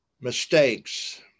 mistakes